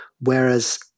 whereas